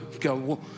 go